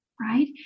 right